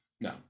No